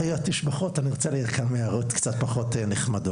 אחרי התשבוחות אני רוצה להעיר כמה הערות קצת פחות נחמדות.